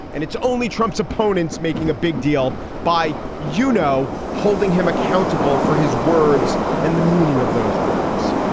and it's only trump's opponents making a big deal by, you know, holding him accountable for his words and the meaning of those words.